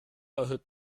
erhöht